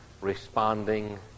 responding